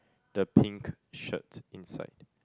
the pink shirt inside